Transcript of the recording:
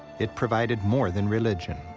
it provided more than religion.